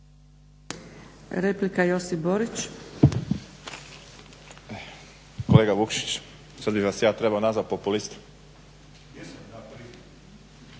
**Borić, Josip (HDZ)** Kolega Vukšić, sada bih vas ja trebao nazvati populista.